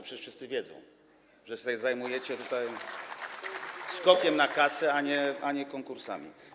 Przecież wszyscy wiedzą, że się zajmujecie tutaj skokiem na kasę, a nie konkursami.